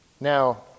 Now